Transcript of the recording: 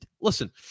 listen